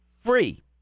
free